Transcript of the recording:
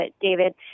David